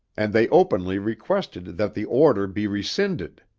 and they openly requested that the order, be rescinded.